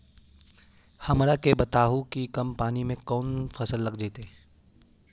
हमरा के बताहु कि कम पानी में कौन फसल लग जैतइ?